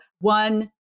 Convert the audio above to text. one